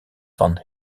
van